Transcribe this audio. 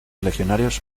legionarios